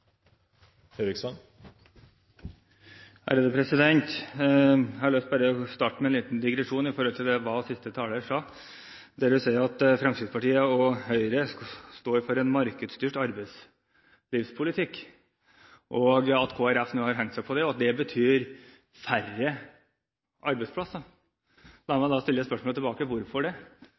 sa. Hun sier at Fremskrittspartiet og Høyre står for en markedsstyrt arbeidslivspolitikk, at Kristelig Folkeparti nå har hengt seg på det, og at det betyr færre arbeidsplasser. La meg da stille spørsmålet: Hvorfor det?